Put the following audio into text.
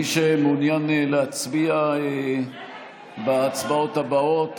מי שמעוניין להצביע בהצבעות הבאות,